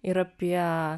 ir apie